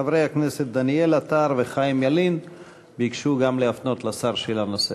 חברי הכנסת דניאל עטר וחיים ילין ביקשו גם הם להפנות לשר שאלה נוספת.